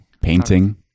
painting